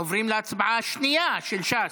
עוברים להצבעה השנייה, של ש"ס.